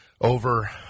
over